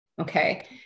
Okay